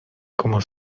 como